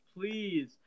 please